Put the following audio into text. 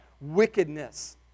wickedness